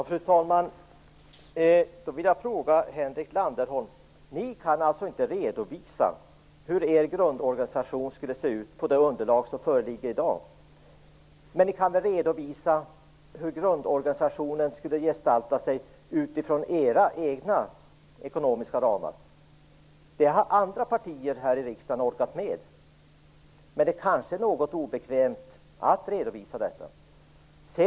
Fru talman! Jag vill fråga Henrik Landerholm: Kan ni alltså inte redovisa hur er grundorganisation skulle se ut på det underlag som föreligger i dag? Men ni kan väl redovisa hur grundorganisationen skulle gestalta sig utifrån era egna ekonomiska ramar. Det har andra partier här i riksdagen klarat av. Men det kanske är något obekvämt att redovisa detta.